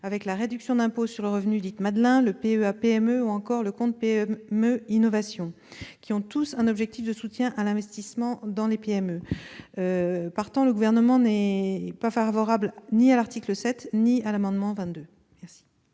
les PME- réduction d'impôt sur le revenu dite « Madelin », le PEA PME ou encore le compte PME Innovation -, qui ont tous un objectif de soutien à l'investissement dans les PME. Partant, le Gouvernement n'est favorable ni à l'article 7 ni à l'amendement n° 22